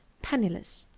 penniless'!